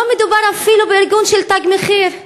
לא מדובר אפילו בארגון של "תג מחיר",